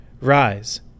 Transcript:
Rise